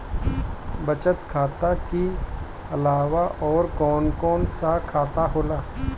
बचत खाता कि अलावा और कौन कौन सा खाता होला?